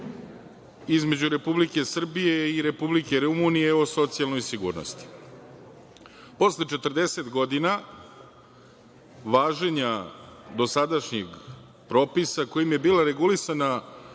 između Republike Srbije i Republike Rumunije o socijalnoj sigurnosti. Posle 40 godina važenja dosadašnjeg propisa kojim je bila regulisana